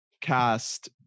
cast